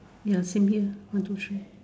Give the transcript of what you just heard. ya same here one two three